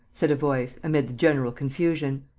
said a voice, amid the general confusion.